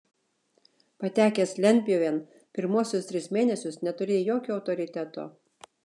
patekęs lentpjūvėn pirmuosius tris mėnesius neturi jokio autoriteto